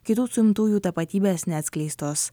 kitų suimtųjų tapatybės neatskleistos